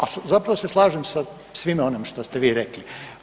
A zapravo se slažem sa svime onim što ste vi rekli.